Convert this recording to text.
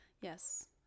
Yes